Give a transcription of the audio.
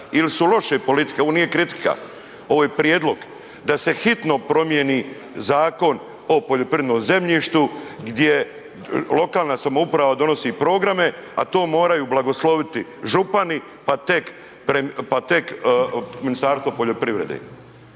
il su loše politike, ovo nije kritika, ovo je prijedlog, da se hitno promijeni Zakon o poljoprivrednom zemljištu gdje lokalna samouprava donosi programe a to moraju blagosloviti župani pa tek Ministarstvo poljoprivrede.